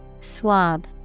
Swab